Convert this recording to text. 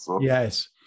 Yes